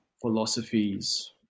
philosophies